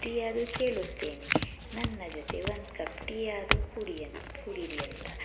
tea ಆದರೂ ಕೇಳುತ್ತೇನೆ ನನ್ನ ಜೊತೆ ಒಂದು ಕಪ್ ಟೀ ಆದರೂ ಕುಡಿ ಅಂತ ಕುಡೀರಿ ಅಂತ